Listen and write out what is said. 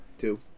Two